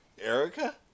Erica